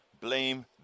blame